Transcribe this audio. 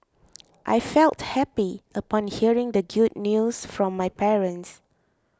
I felt happy upon hearing the good news from my parents